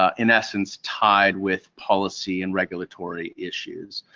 ah in essence tied with policy and regulatory issues.